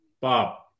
Bob